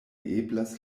eblas